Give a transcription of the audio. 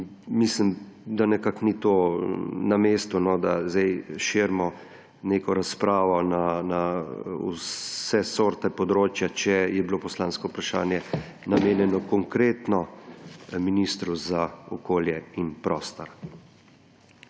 Mislim, da nekako ni to na mestu, no, da širimo neko razpravo na vse sorte področja, če je bilo poslansko vprašanje namenjeno konkretno ministru za okolje in prostor.